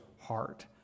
heart